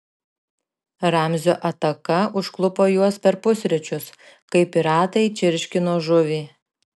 ramzio ataka užklupo juos per pusryčius kai piratai čirškino žuvį